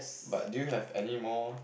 but do you have any more